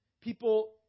People